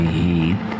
heat